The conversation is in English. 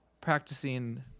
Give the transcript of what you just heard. practicing